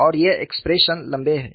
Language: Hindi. और ये एक्सप्रेशन लंबे हैं